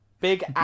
Big